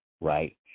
right